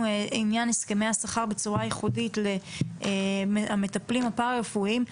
עניין הסכמי השכר בצורה ייחודית למטפלים הפרא רפואיים,